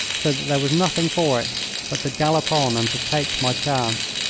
so there was nothing for it but to gallop on and to take my chance.